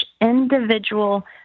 individual